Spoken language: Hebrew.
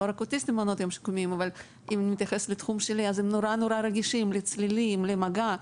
מאוד רגישים לצלילים ולמגע.